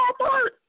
Walmart